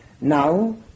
Now